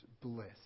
bliss